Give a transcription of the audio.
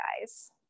guys